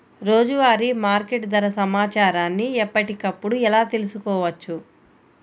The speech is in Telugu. రోజువారీ మార్కెట్ ధర సమాచారాన్ని ఎప్పటికప్పుడు ఎలా తెలుసుకోవచ్చు?